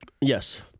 Yes